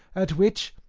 at which,